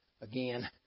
again